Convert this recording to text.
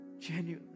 genuinely